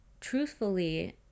truthfully